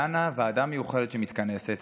דנה ועדה מיוחדת שמתכנסת,